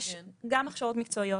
יש גם הכשרות מקצועיות.